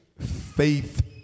faith